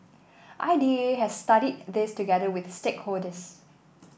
I D A has studied this together with stakeholders